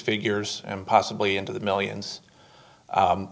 figures and possibly into the millions